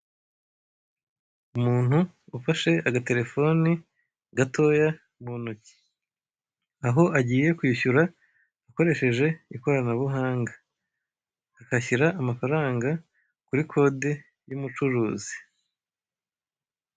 Umuntu ufashe agaterefoni gatoya muntoki aho agiye kwishyura akoresheje ikoranabuhanga agashyira amafaranga kuri kode y'umucuruzi.